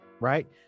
right